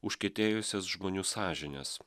užkietėjusias žmonių sąžines